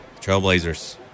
Trailblazers